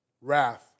wrath